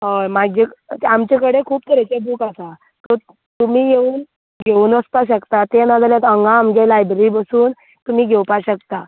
हय मागीर आमचे कडेन खूब तरेचे बूक आसा सो तुमी येवन घेवून वचपा शकता ते नाजाल्यार हांगा आमगे लायब्ररी बसून तुमी घेवपा शकता